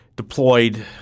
deployed